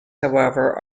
however